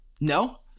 no